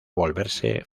volverse